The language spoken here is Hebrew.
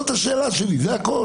זאת השאלה שלי, זה הכול.